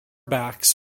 backs